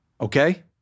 Okay